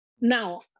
now